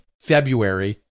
February